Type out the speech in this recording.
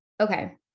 okay